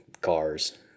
Cars